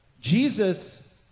Jesus